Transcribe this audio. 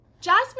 Jasmine